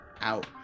out